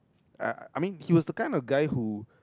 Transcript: I I mean he was the kind of guy who